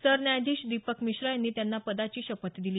सरन्यायाधीश दीपक मिश्रा यांनी त्यांना पदाची शपथ दिली